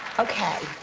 okay.